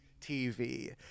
TV